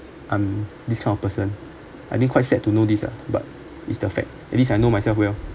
I'm this kind of person I think quite sad to know this ah but it's the fact at least I know myself well